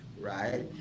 right